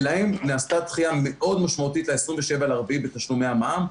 ולהם נעשתה דחייה מאוד משמעותית ל-27 באפריל בתשלומי המע"מ.